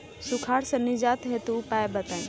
सुखार से निजात हेतु उपाय बताई?